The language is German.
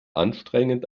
anstrengend